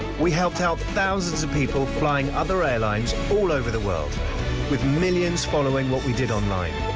we helped out thousands of people flying other airlines all over the world with millions following what we did online.